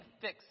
fix